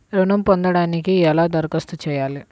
ఋణం పొందటానికి ఎలా దరఖాస్తు చేయాలి?